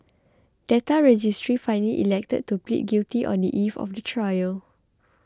data register finally elected to plead guilty on the eve of the trial